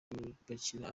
gupakira